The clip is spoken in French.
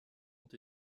ont